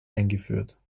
eingeführt